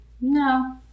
No